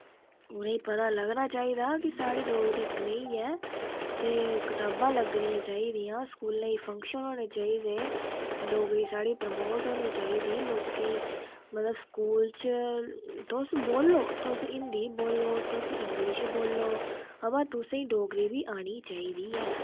उ'नें ई पत लगना चाहिदा कि साढ़ी डोगरी कनेही ऐ ते कताबां लग्गनियां चाहिदियां स्कूलें च फंक्शन होने चाहिदे डोगरी साढ़ी परमोट होनी चाहिदी लोकेई मतलव स्कूल च तुस बोल्लो तुस हिन्दी बोल्लो तुस इंगलिश बोल्लो अवा तुसेंई डोगरी बी आनी चाहिदी ऐ